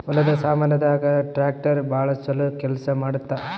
ಹೊಲದ ಸಾಮಾನ್ ದಾಗ ಟ್ರಾಕ್ಟರ್ ಬಾಳ ಚೊಲೊ ಕೇಲ್ಸ ಮಾಡುತ್ತ